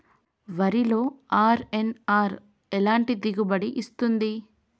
వరిలో అర్.ఎన్.ఆర్ ఎలాంటి దిగుబడి ఇస్తుంది?